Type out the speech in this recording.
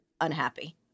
unhappy